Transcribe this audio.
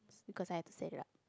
because I had to set it up